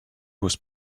was